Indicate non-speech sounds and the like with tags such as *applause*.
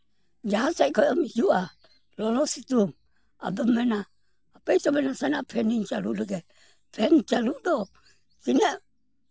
*unintelligible* ᱡᱟᱦᱟᱸ ᱥᱮᱡ ᱠᱷᱚᱡ ᱮᱢ ᱦᱤᱡᱩᱜᱼᱟ ᱞᱚᱞᱚ ᱥᱤᱛᱩᱝ ᱟᱫᱚᱢ ᱢᱮᱱᱟ ᱦᱟᱯᱳᱭ ᱛᱚᱵᱮ ᱱᱟᱥᱮᱱᱟᱜ ᱯᱷᱮᱱ ᱤᱧ ᱪᱟᱹᱞᱩ ᱞᱮᱜᱮ ᱯᱷᱮᱱ ᱪᱟᱹᱞᱩ ᱫᱚ ᱛᱤᱱᱟᱹᱜ